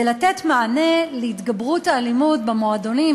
לתת מענה להתגברות האלימות במועדונים,